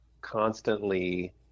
constantly